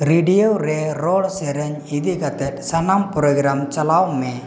radio ᱨᱮ ᱨᱚᱲ ᱥᱮᱨᱮᱧ ᱤᱫᱤ ᱠᱟᱛᱮᱫ ᱥᱟᱱᱟᱢ ᱯᱨᱳᱜᱨᱟᱢ ᱪᱟᱞᱟᱣ ᱢᱮ